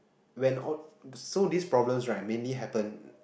when all so this problems right mainly happen